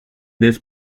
this